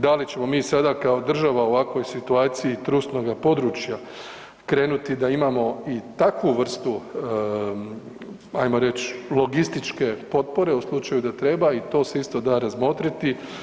Da li ćemo mi sada kao država u ovakvoj situaciji trusnoga područja krenuti da imamo i takvu vrstu ajmo reć logističke potpore u slučaju da treba i to se isto da razmotriti.